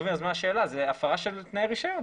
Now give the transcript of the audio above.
זאת הרפה של תנאי רישיון.